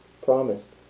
promised